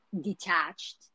detached